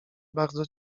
bardzo